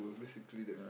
basically that's